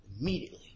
immediately